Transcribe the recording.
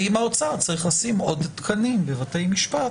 ואם האוצר צריך לשים עוד תקנים בבתי משפט,